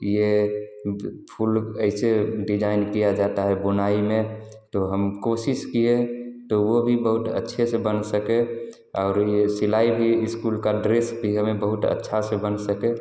ये जो फूल ऐसे डिजाइन किया जाता है बुनाई में तो हम कोशिश किए तो वह भी बहुत अच्छे से बन सके और यह सिलाई भी इस्कुल का ड्रेस भी हमें बहुत अच्छा से बन सके